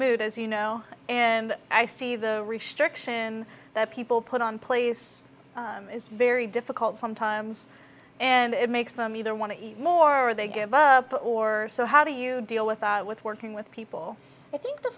mood as you know and i see the restriction that people put on place it's very difficult sometimes and it makes them either want to eat more or they give or so how do you deal with with working with people i think the